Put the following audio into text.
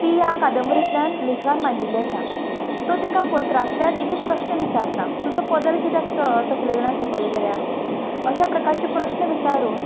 ती ह्या कादंबरीतल्यान लेखकान मांडिल्ली आसा तो तिका पत्रांतल्यान एक एक प्रश्च विचारता तुजो पदर किद्याक स तकले वेल्यान सकल गेल्या अशा प्रकारचे प्रश्न विचारून